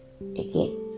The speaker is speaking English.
again